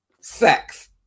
sex